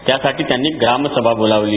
त्यासाठी त्यांनी ग्रामसभा बोलावली